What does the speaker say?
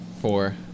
Four